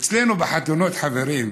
אצלנו בחתונות, חברים,